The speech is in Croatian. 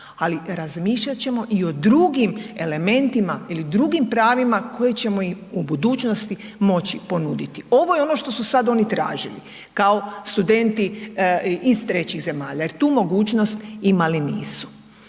ali razmišljat ćemo i o drugim elementima ili drugim pravima koje ćemo im u budućnosti moći ponuditi, ovo je ono što su sad oni tražili kao studenti iz trećih zemalja jer tu mogućnost imali nisu.